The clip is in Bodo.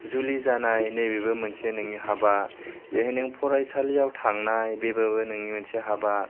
जुलि जानाय नैबेबो मोनसे नोंनि हाबा बेहाय नों फरायसालियाव थांनाय बेबाबो नोंनि मोनसे हाबा